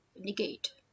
negate